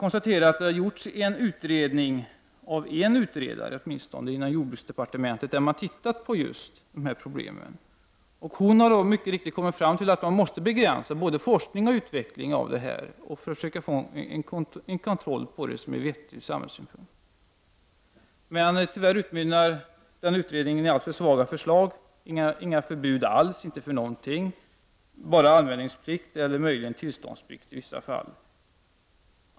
Det har gjorts en utredning av en utredare inom jordbruksdepartementet, där man har tittat på just dessa problem. Utredaren har mycket riktigt kommit fram till att man måste begränsa både forskning och utveckling och försöka få kontroll för att nå sådant som är vettigt ur samhällssynpunkt. Tyvärr utmynnar denna utredning i alltför svaga förslag — inga förbud alls för någonting, bara användningsplikt eller möjligen tillståndsplikt i vissa fall.